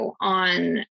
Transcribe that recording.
on